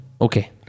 Okay